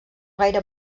gaire